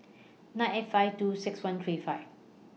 nine eight five two six one three five